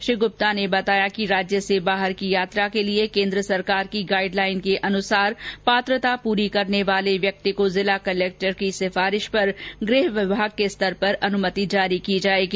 श्री गुप्ता ने बताया कि राज्य से बाहर की यात्रा के लिए केन्द्र की गाइड लाइन के अनुरूप पात्रता पूरी करने वाले व्यक्ति को जिला कलेक्टर की सिफारिश पर गृह विभाग के स्तर पर अनुमति जारी की जाएगी